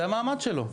זה המעמד שלו.